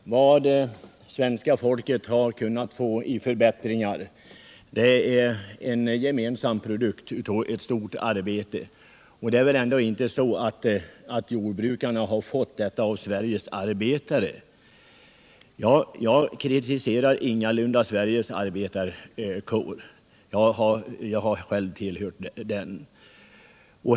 Herr talman! Vad svenska folket har kunnat få i förbättringar är produkten av ett stort gemensamt arbete. Det är väl ändå inte så att jordbrukarna har fått detta av Sveriges arbetare? Jag kritiserar ingalunda Sveriges arbetarkår — jag har själv tillhört den.